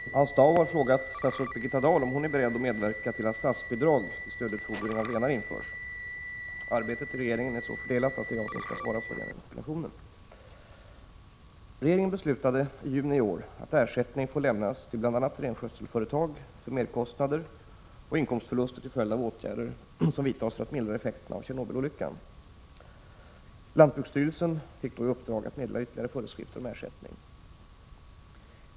Herr talman! Hans Dau har frågat statsrådet Birgitta Dahl om hon är beredd att medverka till att statsbidrag till stödutfodring av renar införs. Arbetet inom regeringen är så fördelat att det är jag som skall svara på interpellationen. Regeringen beslutade i juni i år att ersättning får lämnas till bl.a. renskötselföretag för merkostnader och inkomstförluster till följd av åtgärder som vidtas för att mildra effekterna av Tjernobylolyckan. Lantbruksstyrelsen fick då i uppdrag att meddela ytterligare föreskrifter om ersättning.